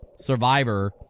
Survivor